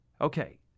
Okay